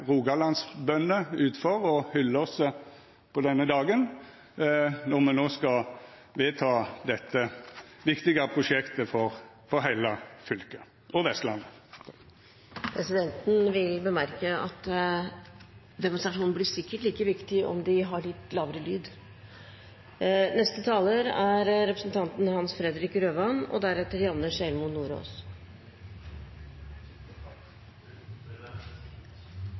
oss på denne dagen når me no skal vedta dette viktige prosjektet for heile fylket og Vestlandet. Presidenten vil bemerke at demonstrasjonen sikkert blir like viktig om de har litt lavere lyd. La meg først få takke både saksordføreren og